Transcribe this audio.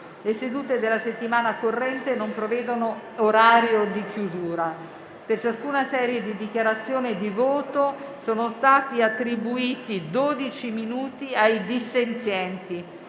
Le sedute della settimana corrente non prevedono orario di chiusura. Per ciascuna serie di dichiarazioni di voto sono stati attribuiti dodici minuti ai dissenzienti.